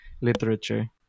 literature